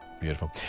Beautiful